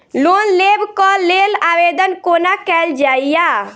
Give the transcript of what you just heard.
Loan लेबऽ कऽ लेल आवेदन कोना कैल जाइया?